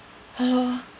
ya lor